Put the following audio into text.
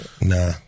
Nah